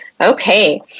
okay